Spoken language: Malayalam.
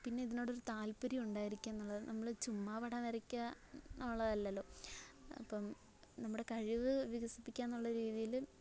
പിന്നെ ഇതിനോടൊരു താൽപ്പര്യം ഉണ്ടായിരിക്കുന്നത് എന്നുള്ളത് നമ്മൾ ചുമ്മാതെ പടം വരയ്ക്കുക എന്നുള്ളതല്ലല്ലോ അപ്പം നമ്മുടെ കഴിവ് വികസിപ്പിക്കുകാന്നുള്ള രീതീൽ